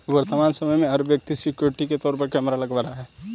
वर्तमान समय में, हर व्यक्ति सिक्योरिटी के तौर पर कैमरा लगवा रहा है